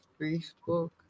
facebook